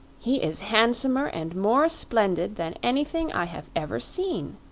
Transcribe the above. he is handsomer and more splendid than anything i have ever seen,